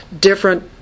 different